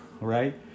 right